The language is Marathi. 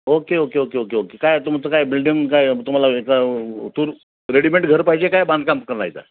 okay okay okay okay okay काय तुमचं काय बिल्डिंग काय तुम्हाला याचा टूर रेडीमेड घर पाहिजे काय बांधकाम करायचं आहे